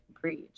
preach